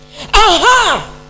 Aha